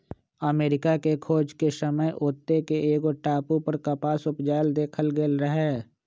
अमरिका के खोज के समय ओत्ते के एगो टापू पर कपास उपजायल देखल गेल रहै